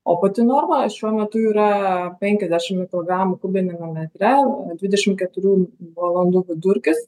o pati norma šiuo metu yra penkiasdešim mikrogramų kubiniame metre dvidešim keturių valandų vidurkis